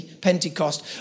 Pentecost